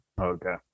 Okay